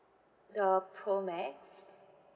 uh pro max